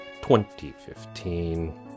2015